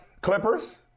Clippers